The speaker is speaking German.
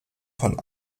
von